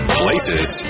places